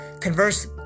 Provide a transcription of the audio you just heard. Converse